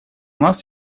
нас